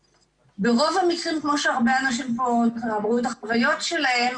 ברוב המקרים כמו שהרבה אנשים פה אמרו את החוויות שלהם,